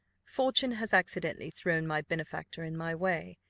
fortune has accidentally thrown my benefactor in my way.